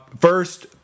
First